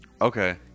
Okay